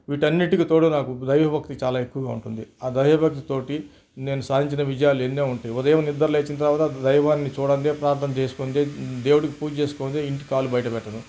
వీటన్నిటికి తోడు నాకు దైవభక్తి చాలా ఎక్కువగా ఉంటుంది ఆ దైవభక్తి తోటి నేను సాధించిన విజయాలు ఎన్నో ఉంటాయి ఉదయం నిద్రలేచిన తరవాత దైవాన్ని చూడందే ప్రార్థన చేసుకోందే దేవుడికి పూజ చేసుకొనిదే ఇంటి కాలు బయట పెట్టను